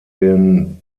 den